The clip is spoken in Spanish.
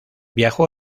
viajó